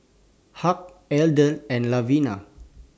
Hugh Adele and Lavinia